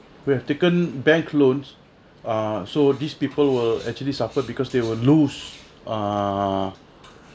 who have taken bank loans uh so these people will actually suffer because they will lose uh